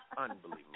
Unbelievable